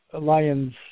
Lions